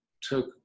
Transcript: took